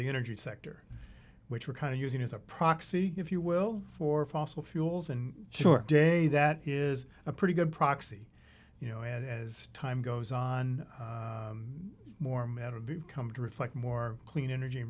the energy sector which we're kind of using as a proxy if you will for fossil fuels and short day that is a pretty good proxy you know and as time goes on more matter come to reflect more clean energy